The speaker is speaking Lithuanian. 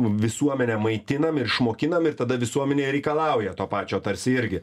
visuomenę maitinam ir išmokinam ir tada visuomenė reikalauja to pačio tarsi irgi